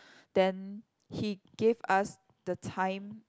then he gave us the time